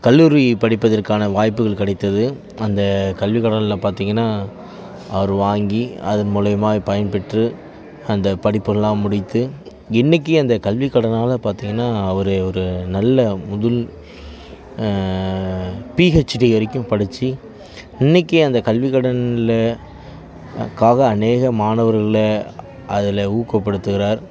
கல்லூரி படிப்பதற்கான வாய்ப்புகள் கிடைத்தது அந்த கல்விக்கடனில் பார்த்திங்கனா அவர் வாங்கி அதன் மூலியமாக பயன்பெற்று அந்த படிப்பு எல்லாம் முடித்து இன்னைக்கு அந்த கல்விக்கடனால் பார்த்திங்கனா அவர் ஒரு நல்ல முதல் பிஹெச்டி வரைக்கும் படிச்சு இன்னைக்கு அந்த கல்விக்கடனில் அநேக மாணவர்களை அதில் ஊக்கப்படுத்துகிறார்